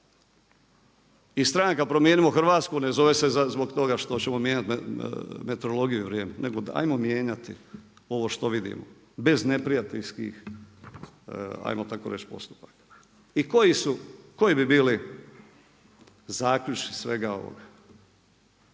i stranka Promijenimo Hrvatsku ne zove se zbog toga što ćemo mijenjati meteorologiju i vrijeme nego ajmo mijenjati ovo što vidimo bez neprijateljskih, ajmo tako reći postupaka. I koji su, koji bi bili zaključci svega ovoga?